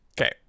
Okay